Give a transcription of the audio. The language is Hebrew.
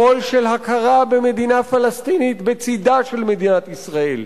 קול של הכרה במדינה פלסטינית בצדה של מדינת ישראל.